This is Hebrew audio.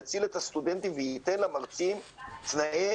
יציל את הסטודנטים וייתן למרצים תנאי